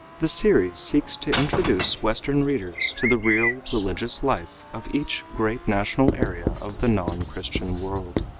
the series seeks to introduce western readers to the real religious life of each great national area of the non-christian world.